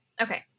Okay